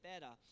better